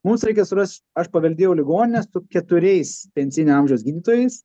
mums reikia surast aš paveldėjau ligoninę su keturiais pensinio amžiaus gydytojais